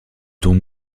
dont